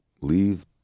Leave